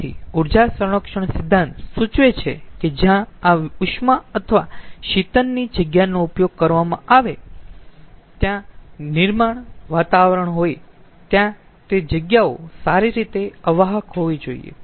તેથી ઊર્જા સંરક્ષણ સિદ્ધાંત સૂચવે છે કે જ્યાં આ ઉષ્મા અથવા શીતનની જગ્યાનો ઉપયોગ કરવામાં આવે ત્યાં નિર્માણ વાતાવરણ હોય ત્યાં તે જગ્યાઓ સારી રીતે અવાહક હોવી જોઈયે